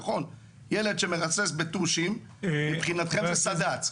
נכון, ילד שמרסס בטושים, מבחינתכם זה סד"צ?